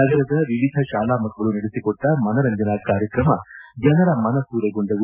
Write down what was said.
ನಗರದ ವಿವಿಧ ಶಾಲಾ ಮಕ್ಕಳು ನಡೆಸಿಕೊಟ್ಟ ಮನರಂಜನಾ ಕಾರ್ಯಕ್ರಮ ಜನರ ಮನಸೂರೆಗೊಂಡವು